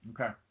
Okay